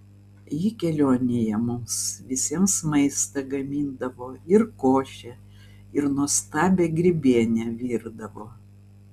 ji kelionėje mums visiems maistą gamindavo ir košę ir nuostabią grybienę virdavo